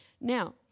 Now